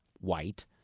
white